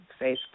Facebook